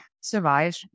survive